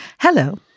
Hello